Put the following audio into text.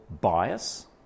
bias